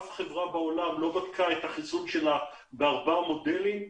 אף חברה בעולם לא בדקה את החיסון שלה בארבעה מודלים.